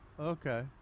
okay